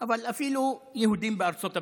אבל אפילו יהודים בארצות הברית,